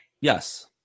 yes